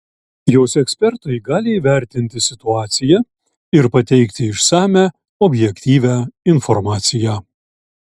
jos ekspertai gali įvertinti situaciją ir pateikti išsamią objektyvią informaciją